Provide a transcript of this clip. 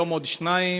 היום עוד שניים.